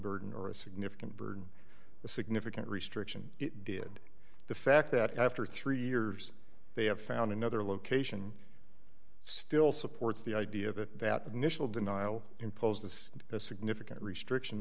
burden or a significant burden a significant restriction did the fact that after three years they have found another location still supports the idea of it that initial denial imposes a significant restriction